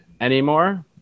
anymore